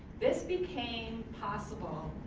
this became possible